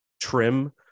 trim